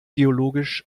geologisch